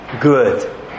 good